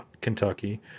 Kentucky